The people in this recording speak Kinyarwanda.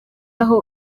aho